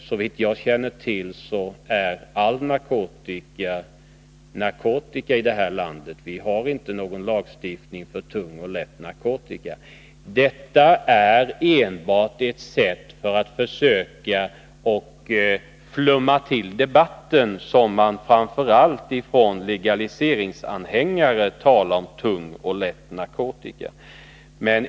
Såvitt jag känner till har vi i detta land inte någon lagstiftning för tung resp. lätt narkotika — all narkotika är narkotika. Det är framför allt legaliseringsanhängare som talar om tung och lätt narkotika. Det är enbart ett sätt att försöka ”flumma till” debatten.